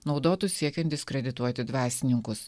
naudotus siekiant diskredituoti dvasininkus